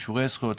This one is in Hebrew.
אישורי זכויות,